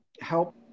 help